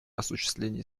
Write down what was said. осуществлении